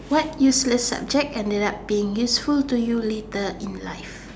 what useless subject ended up being useful to you later in life